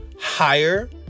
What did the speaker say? higher